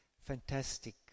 fantastic